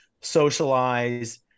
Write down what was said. socialize